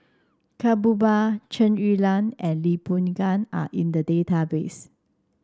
Ka Perumal Chen Su Lan and Lee Boon Ngan are in the database